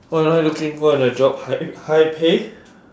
what am I looking for in a job high high pay